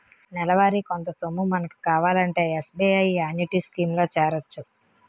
నెలవారీ కొంత సొమ్ము మనకు కావాలంటే ఎస్.బి.ఐ యాన్యుటీ స్కీం లో చేరొచ్చు